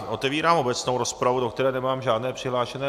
Otevírám obecnou rozpravu, do které nemám žádné přihlášené...